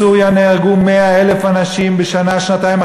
בסוריה נהרגו 100,000 אנשים בשנה-שנתיים,